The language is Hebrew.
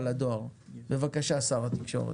בבקשה.